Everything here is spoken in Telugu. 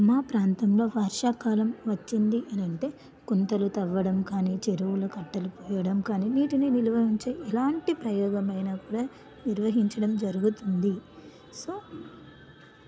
మా ప్రాంతంలో వర్షాకాలం వచ్చింది అని అంటే గుంతలు తవ్వడం కానీ చెరువులు కట్టలు పోయడం కానీ నీటిని నిలువ ఉంచే ఇలాంటి ప్రయోగమైనా కూడా నిర్వహించడం జరుగుతుంది సో